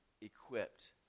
equipped